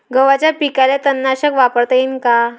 गव्हाच्या पिकाले तननाशक वापरता येईन का?